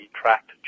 tracked